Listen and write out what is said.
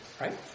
Right